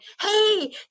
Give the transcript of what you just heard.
Hey